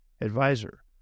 advisor